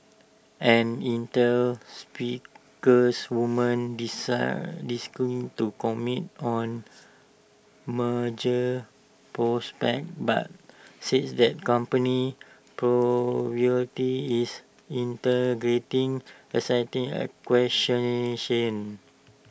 an Intel speakers woman desire to comment on merger prospects but says that company's priority is integrating existing acquisitions